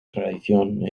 tradición